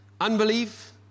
unbelief